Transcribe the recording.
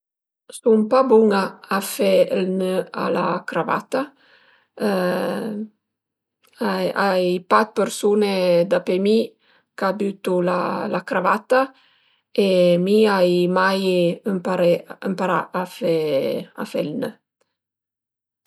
Sun pa bun-a a fe ël nö a la cravata ai pa 'd persun-e dapè mi ch'a bütu la cravata e mi ai mai ëmparé ëmparà a fe ël nö